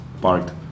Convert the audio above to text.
parked